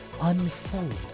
unfold